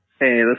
Hey